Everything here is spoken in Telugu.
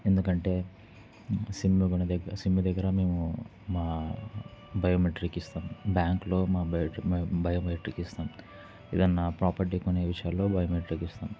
ఎందుకంటే సిమ్ కొనే దగ్గ సిమ్ దగ్గర మేము మా బయోమెట్రిక్ ఇస్తాం బ్యాంక్లో మా బయో మా బయోమెట్రిక్ ఇస్తాం ఏదైనా ప్రాపర్టీ కొనే విషయాల్లో బయోమెట్రిక్ ఇస్తాం